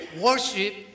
Worship